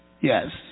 Yes